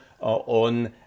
on